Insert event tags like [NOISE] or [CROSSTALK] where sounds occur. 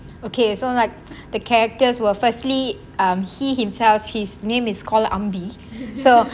okay so like the characters were firstly um he himself his name is called ambi [LAUGHS]